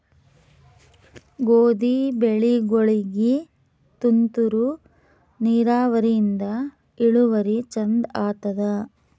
ಗೋಧಿ ಬೆಳಿಗೋಳಿಗಿ ತುಂತೂರು ನಿರಾವರಿಯಿಂದ ಇಳುವರಿ ಚಂದ ಆತ್ತಾದ?